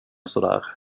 sådär